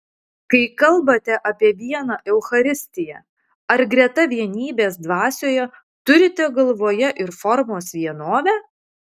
kai kalbate apie vieną eucharistiją ar greta vienybės dvasioje turite galvoje ir formos vienovę